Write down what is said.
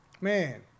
Man